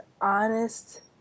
honest